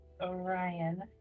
Orion